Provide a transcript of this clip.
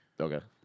Okay